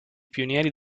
pionieri